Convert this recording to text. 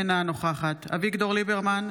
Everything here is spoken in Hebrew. אינה נוכחת אביגדור ליברמן,